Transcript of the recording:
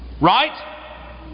Right